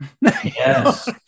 Yes